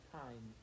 time